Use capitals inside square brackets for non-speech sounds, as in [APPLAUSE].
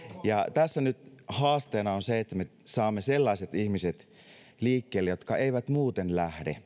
ja tässä nyt haasteena on se että me saamme sellaiset ihmiset liikkeelle jotka eivät muuten lähde [UNINTELLIGIBLE]